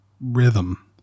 rhythm